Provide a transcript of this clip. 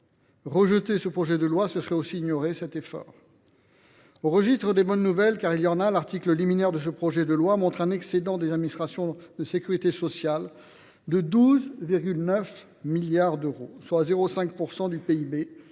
Rejeter ce projet de loi, ce serait aussi ignorer cet effort. Au registre des bonnes nouvelles – car il y en a –, l’article liminaire de ce projet de loi montre un excédent des administrations de sécurité sociale de 12,9 milliards d’euros, soit 0,5 % du PIB.